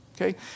Okay